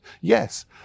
Yes